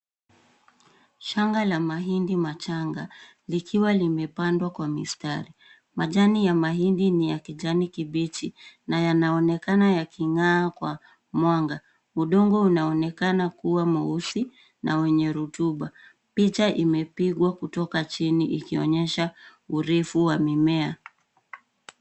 Shamba la mahindi machanga likiwa limepandwa kwa mistari .Majani ya mahindi ni ya kijani kibichi na yanaonekana yaking'aa kwa mwanga. Udongo unaonekana kuwa mweusi na mwenye rutuba. Picha imepigwa kutoka chini ikionyesha urefu wa mimea.